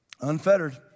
Unfettered